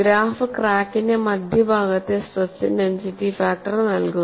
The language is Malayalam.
ഗ്രാഫ് ക്രാക്കിന്റെ മധ്യഭാഗത്തെ സ്ട്രെസ് ഇന്റൻസിറ്റി ഫാക്ടർ നൽകുന്നു